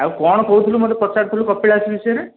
ଆଉ କ'ଣ କହୁଥିଲୁ ମୋତେ ପଚାରୁଥିଲୁ କପିଳାସ ବିଷୟରେ